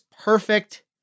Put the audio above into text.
perfect